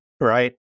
right